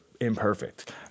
imperfect